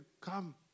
come